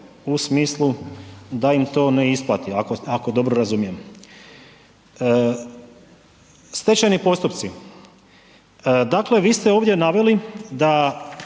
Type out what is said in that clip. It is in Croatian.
u smislu da im to ne isplati ako dobro razumijem. Stečajni postupci, dakle vi ste ovdje naveli da